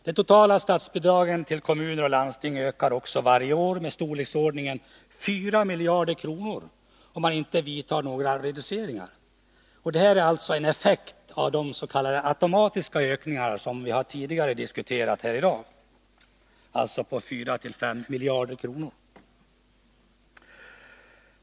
De totala statsbidragen till kommuner och landsting ökar också varje år med storleksordningen 4 miljarder kronor om man inte vidtar några reduceringar. Detta är alltså en effekt av de s.k. automatiska ökningar som vi har diskuterat tidigare här i dag.